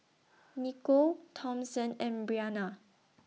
Nicole Thompson and Brianna